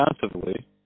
defensively